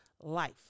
life